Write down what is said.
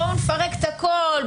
בואו נפרק את הכול,